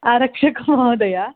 आरक्षकः महोदयः